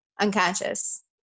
unconscious